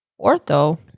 Ortho